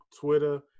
Twitter